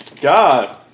God